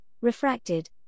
refracted